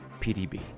PDB